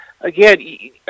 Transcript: Again